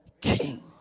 king